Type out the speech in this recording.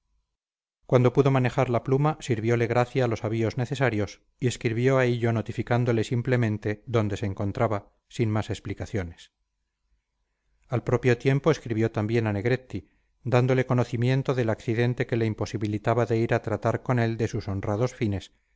cuando pudo manejar la pluma sirviole gracia los avíos necesarios y escribió a hillo notificándole simplemente dónde se encontraba sin más explicaciones al propio tiempo escribió también a negretti dándole conocimiento del accidente que le imposibilitaba de ir a tratar con él de sus honrados fines